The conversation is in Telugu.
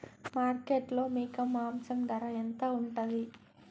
మార్కెట్లో మేక మాంసం ధర ఎంత ఉంటది?